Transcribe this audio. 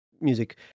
music